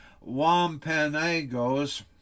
Wampanoags